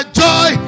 joy